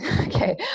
Okay